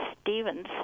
Stevens